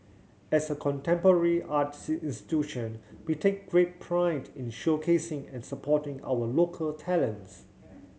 as a contemporary art institution we take great pride in showcasing and supporting our local talents